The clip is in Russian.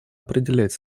определять